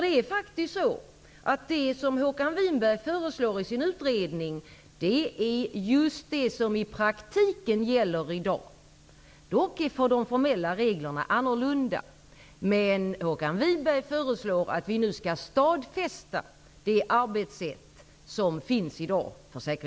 Det är faktiskt så att det som Håkan Winberg föreslår i sin utredning är just det som i praktiken gäller i dag. Dock är de formella reglerna annorlunda. Men Håkan Winberg föreslår att vi nu skall stadfästa detta arbetssätt för